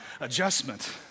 adjustment